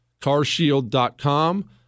Carshield.com